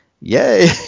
yay